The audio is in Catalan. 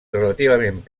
relativament